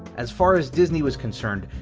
as far as disney was concerned,